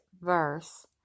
verse